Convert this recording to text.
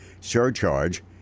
surcharge